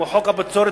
כמו חוק הבצורת,